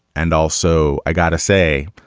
and also, i got to say,